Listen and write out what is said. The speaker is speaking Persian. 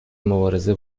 مبارزه